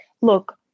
look